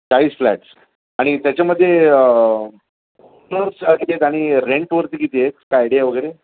चाळीस फ्लॅट्स आणि त्याच्यामध्ये ओनर्स आणि रेंटवरती किती आहे काय आयडिया वगैरे